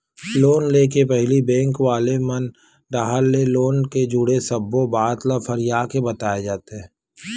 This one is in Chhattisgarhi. लोन ले के पहिली बेंक वाले मन डाहर ले लोन ले जुड़े सब्बो बात ल फरियाके बताए जाथे